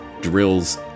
drills